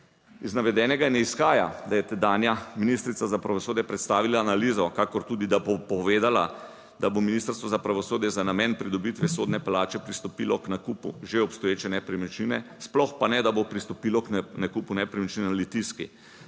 Iz navedenega ne izhaja, da je tedanja ministrica za pravosodje predstavila analizo, kakor tudi, da bo povedala, da bo Ministrstvo za pravosodje za namen pridobitve sodne palače pristopilo k nakupu že obstoječe nepremičnine, sploh pa ne, da bo pristopilo k nakupu nepremičnine na Litijski.